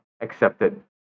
accepted